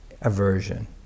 aversion